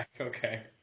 Okay